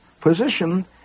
position